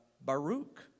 Baruch